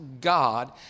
God